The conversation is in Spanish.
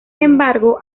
embargo